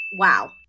Wow